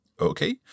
Okay